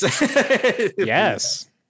yes